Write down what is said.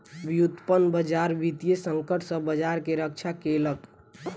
व्युत्पन्न बजार वित्तीय संकट सॅ बजार के रक्षा केलक